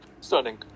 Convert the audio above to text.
stunning